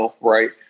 right